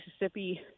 Mississippi